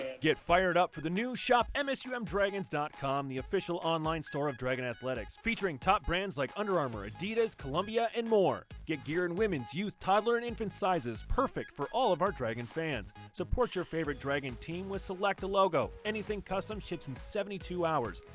get fired up for the new shopmsumdragons dot com the official online store for dragon athletics featuring top brands like under armor, adidas, columbia, and more. get gear in women's, youth, toddler, and infant sizes. perfect for all of our dragon fans. support your favorite dragon team with select logo. anything custom ships in seventy two hours.